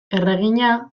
erregina